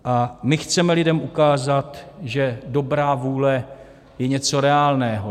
A my chceme lidem ukázat, že dobrá vůle je něco reálného.